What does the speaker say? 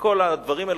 וכל הדברים האלה,